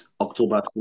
October